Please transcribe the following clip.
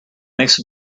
makes